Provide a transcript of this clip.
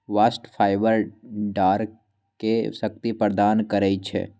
bast fibre डांरके शक्ति प्रदान करइ छै